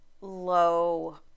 low